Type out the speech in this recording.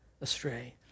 astray